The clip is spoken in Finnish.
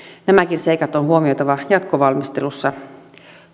nämäkin seikat on huomioitava jatkovalmistelussa